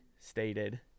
stated